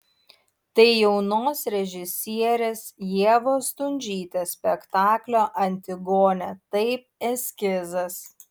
tai jaunos režisierės ievos stundžytės spektaklio antigonė taip eskizas